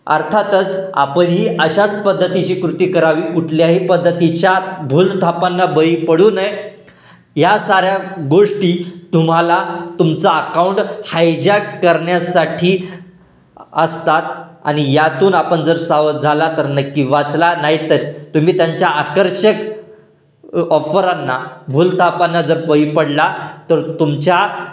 अर्थातच आपणही अशाच पद्धतीची कृती करावी कुठल्याही पद्धतीच्या भूल थापांना बळी पडू नये या साऱ्या गोष्टी तुम्हाला तुमचा अकाऊंट हायजॅक करण्यासाठी असतात आणि यातून आपण जर सावध झाला तर नक्की वाचला नाही तर तुम्ही त्यांच्या आकर्षक ऑफरांना भूलथापांना जर बळी पडला तर तुमच्या